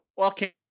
Okay